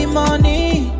money